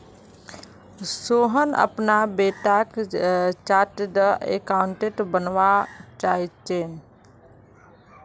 सोहन अपना बेटाक chartered accountant बनवा चाह्चेय